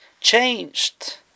changed